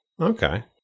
Okay